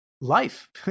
life